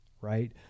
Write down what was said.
right